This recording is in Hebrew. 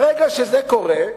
ברגע שזה קורה,